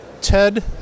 Ted